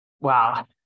Wow